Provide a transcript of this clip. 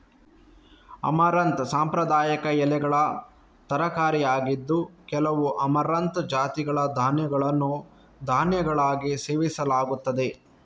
amaranth ಸಾಂಪ್ರದಾಯಿಕ ಎಲೆಗಳ ತರಕಾರಿಯಾಗಿದ್ದು, ಕೆಲವು ಅಮರಂಥ್ ಜಾತಿಗಳ ಧಾನ್ಯಗಳನ್ನು ಧಾನ್ಯಗಳಾಗಿ ಸೇವಿಸಲಾಗುತ್ತದೆ